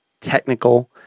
technical